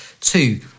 Two